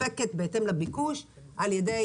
שיתווספו למגדלים קיימים אני רוצה לדעת באיזה